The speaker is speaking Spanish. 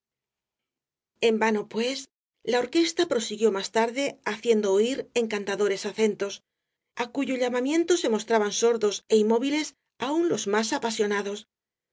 en vano pues la orquesta prosiguió más tarde haciendo oir encantadores acentos á cuyo llamamiento se mostraban sordos é inmovibles aun los más apasionados